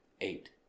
eight